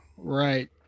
right